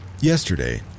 Yesterday